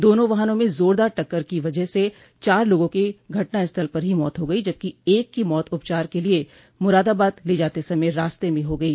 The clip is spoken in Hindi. दोनों वाहनों में जोरदार टक्कर की वजह से चार लोगों की घटनास्थल पर ही मौत हो गई जबकि एक की मौत उपचार के लिये मुरादाबाद ले जाते समय रास्ते में हो गई